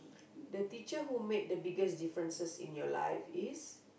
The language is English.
the teacher who made the biggest differences in your life is